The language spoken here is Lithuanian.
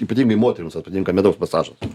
ypatingai moterims jom patinka medaus masažas